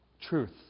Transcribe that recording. Truth